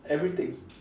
everything